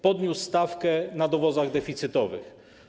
Podniósł stawkę na dowozach deficytowych.